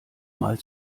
mal